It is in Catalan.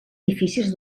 difícils